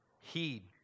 Heed